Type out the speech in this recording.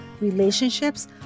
relationships